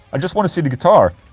i just want to see the guitar